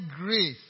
grace